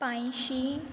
पांचशीं